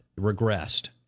regressed